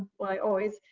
well, i always,